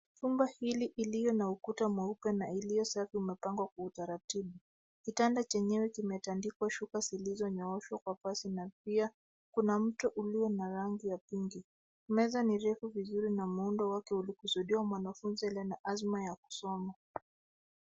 Chumba hili ilio na ukuta mweupe na iliyo safi imepangwa kwa utaratibu .Kitanda chenyewe kimetandikwa shuka zilizonyooshwa kwa pasi na pia kuna mto ulio na rangi ya pinki. Meza ni refu vizuri na muundo wake ulikusudiwa mwanafunzi awe na azma ya kusoma.